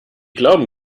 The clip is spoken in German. glauben